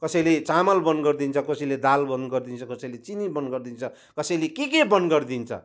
कसैले चामल बन्द गरिदिन्छ कसैले दाल बन्द गरिदिन्छ कसैले चिनी बन्द गरिदिन्छ कसैले के के बन्द गरिदिन्छ